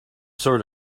sort